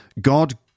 God